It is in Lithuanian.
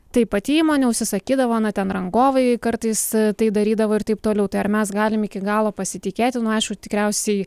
taip pati įmonė užsisakydavo na ten rangovai kartais tai darydavo ir taip toliau tai ar mes galim iki galo pasitikėti nu aišku tikriausiai